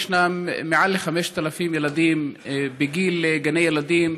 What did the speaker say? ישנם מעל 5,000 ילדים בגיל גני ילדים